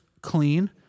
clean